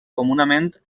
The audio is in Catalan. comunament